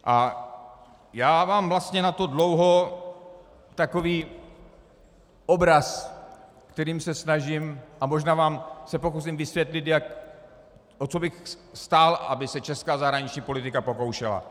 A já mám vlastně na to dlouho takový obraz, kterým se snažím a možná se vám pokusím vysvětlit, o co bych stál, aby se česká zahraniční politika pokoušela.